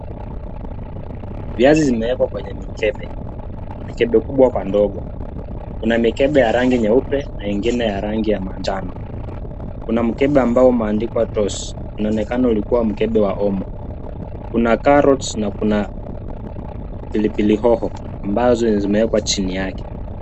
Viazi zimewekwa kwenye mikebe. Mikebe kubwa kwa ndogo. Kuna mikebe ya rangi nyeupe na ingine ya rangi ya manjano. Kuna mkebe ambao umeandikwa Toss . Unaonekana ulikuwa mkebe wa omo . Kuna carrots na kuna pilipili hoho ambazo zimewekwa chini yake.